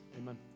amen